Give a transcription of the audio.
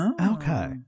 Okay